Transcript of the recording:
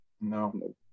No